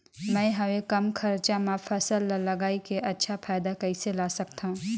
मैं हवे कम खरचा मा फसल ला लगई के अच्छा फायदा कइसे ला सकथव?